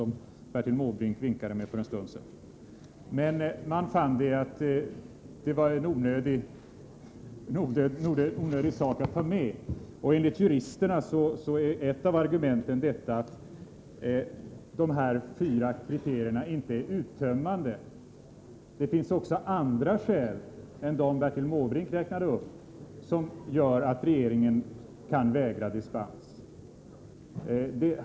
Men man fann att det var en onödig sak att ta med. Enligt juristerna är ett av argumenten att de fyra kriterierna inte är uttömmande. Det finns också andra skäl än de som Bertil Måbrink räknade upp, som gör att regeringen kan vägra dispens.